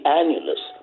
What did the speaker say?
annulus